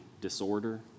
disorder